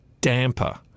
damper